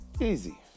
easy